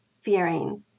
fearing